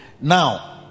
Now